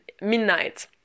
midnight